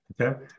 Okay